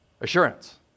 Assurance